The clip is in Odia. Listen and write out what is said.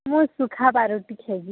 ମୁଇଁ ସୁଖା ପାରୁଟି ଖାଏବି